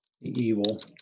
evil